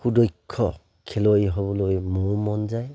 সুদক্ষ খেলুৱৈ হ'বলৈ মোৰো মন যায়